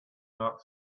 not